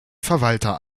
verwalter